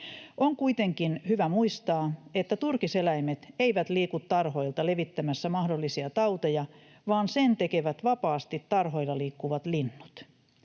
On kuitenkin hyvä muistaa, että turkiseläimet eivät liiku tarhoilta levittämässä mahdollisia tauteja vaan sen tekevät vapaasti tarhoilla liikkuvat linnut.